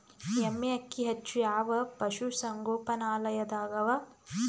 ಎಮ್ಮೆ ಅಕ್ಕಿ ಹೆಚ್ಚು ಯಾವ ಪಶುಸಂಗೋಪನಾಲಯದಾಗ ಅವಾ?